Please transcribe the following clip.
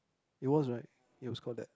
it was right it was called that